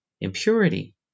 impurity